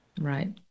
Right